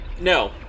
No